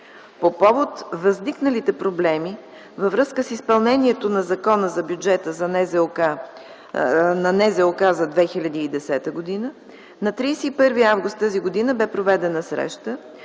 По повод възникналите проблеми във връзка с изпълнението на Закона за бюджета на НЗОК за 2010 г. на 31 август т.г. бе проведена среща